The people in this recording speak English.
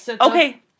Okay